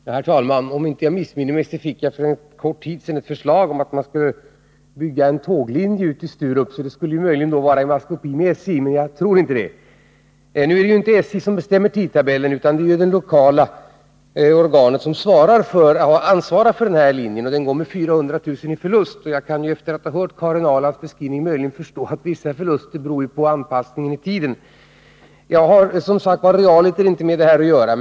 Herr talman! Om jag inte missminner mig fick jag för en kort tid sedan ett förslag om att man skulle bygga en tåglinje ut till Sturup. Det skulle möjligen vara i maskopi med SJ, men jag tror inte det. Det är ännu inte SJ som bestämmer tidtabellen, utan det är det lokala organet som ansvarar för denna linje. Den går med 400 000 kr. i förlust. Jag kan, efter att ha hört Karin Ahrlands beskrivning, möjligen förstå att vissa förluster beror på anpassningen i tiden. Jag har, som sagt, realiter inte med det här att göra.